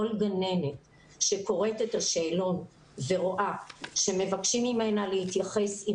כל גננת שקוראת את השאלון ורואה שמבקשים ממנה להתייחס אם